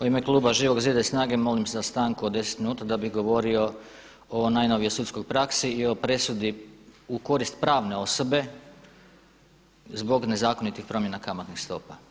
U ime kluba Živog zida i SNAGA-e molim za stanku od 10 minuta da bih govorio o najnovijoj sudskoj praksi i o presudi u korist pravne osobe zbog nezakonitih promjena kamatnih stopa.